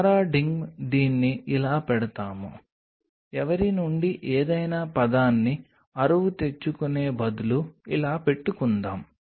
paradigm దీన్ని ఇలా పెడతాము ఎవరి నుండి ఏదైనా పదాన్ని అరువు తెచ్చుకునే బదులు ఇలా పెట్టుకుందాం